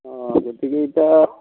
অঁ গতিকে এতিয়া